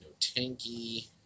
tanky